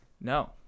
No